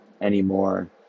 anymore